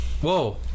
Whoa